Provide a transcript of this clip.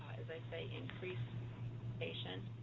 as i say, increase patients,